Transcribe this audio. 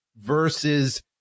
versus